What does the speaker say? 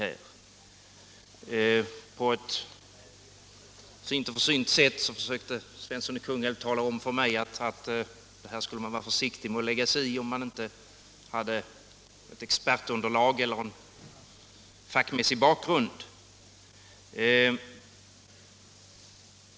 På ett fint och försynt sätt försökte herr Svensson i Kungälv tala om för mig att man skall vara försiktig med att lägga sig i det här om man inte har expertunderlag eller en fackmässig bakgrund.